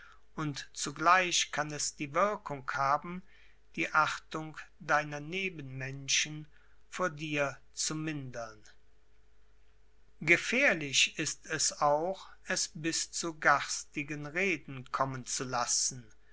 und zugleich kann es die wirkung haben die achtung deiner nebenmenschen vor dir zu mindern gefährlich ist es auch es bis zu garstigen reden kommen zu lassen